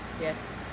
Yes